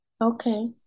Okay